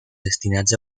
destinats